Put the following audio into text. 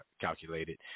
calculated